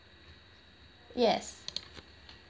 yes